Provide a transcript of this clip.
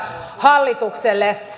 hallitukselle